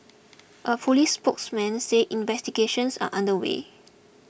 a police spokesman said investigations are under way